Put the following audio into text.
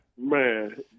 Man